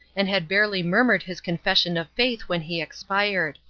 and had barely murmured his confession of faith when he expired.